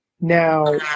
now